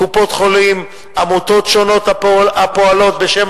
קופות-חולים ועמותות שונות הפועלות בשם